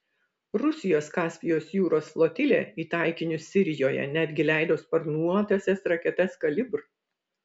rusijos kaspijos jūros flotilė į taikinius sirijoje netgi leido sparnuotąsias raketas kalibr